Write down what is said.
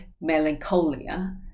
melancholia